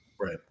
Right